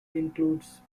includes